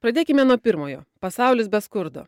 pradėkime nuo pirmojo pasaulis be skurdo